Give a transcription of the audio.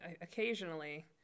occasionally